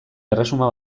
erresuma